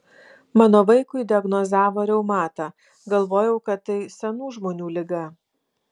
mano vaikui diagnozavo reumatą galvojau kad tai senų žmonių liga